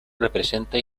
representa